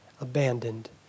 abandoned